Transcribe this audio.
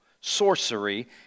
sorcery